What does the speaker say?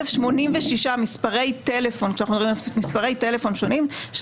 1,086 מספרי טלפון שונים,